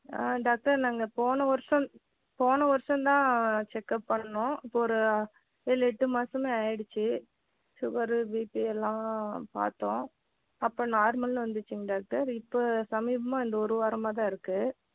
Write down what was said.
ஆ doctor நாங்கள் போன வர்ஷம் போன வர்ஷந்தான் செக்கப் பண்ணோம் இப்போ ஒரு ஏழு எட்டு மாதமே ஆகிடுச்சி ஷுகரு பீபி எல்லாம் பார்த்தோம் அப்போ நார்மலுன்னு வந்துச்சிங்க டாக்டர் இப்போது சமீபமாக இந்த ஒரு வாரமாக தான் இருக்குது